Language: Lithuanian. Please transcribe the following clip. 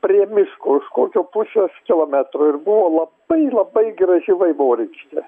prie miško už kokio pusės kilometro ir buvo labai labai graži vaivorykštė